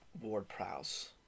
Ward-Prowse